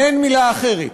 אין מילה אחרת.